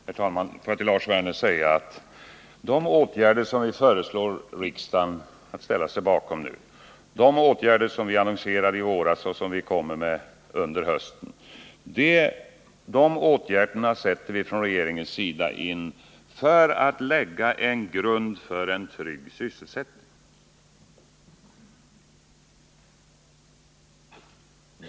Herr talman! Låt mig säga till Lars Werner att de åtgärder vi nu föreslår att riksdagen ställer sig bakom och de åtgärder som vi annonserade i våras och som vi skall återkomma med under hösten är vad vi från regeringens sida sätter in för att lägga en grund för en trygg sysselsättning.